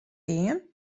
gean